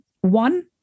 One